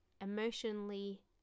emotionally